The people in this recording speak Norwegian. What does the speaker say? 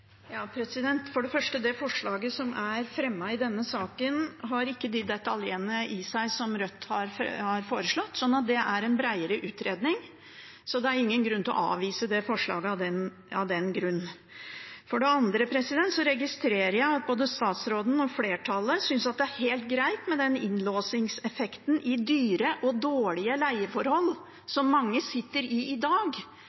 detaljene i seg som Rødt har foreslått. Det er en bredere utredning, så det er ingen grunn til å avvise det forslaget av den grunn. For det andre registrerer jeg at både statsråden og flertallet synes det er helt greit med den innlåsningseffekten i dyre og dårlige leieforhold